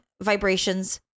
vibrations